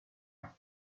doute